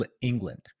England